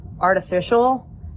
artificial